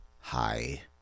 hi